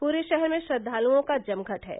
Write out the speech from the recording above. पूरे शहर में श्रद्वालुओं का जमघट है